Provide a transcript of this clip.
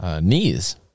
Knees